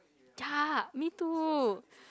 ya me too